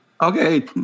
Okay